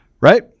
Right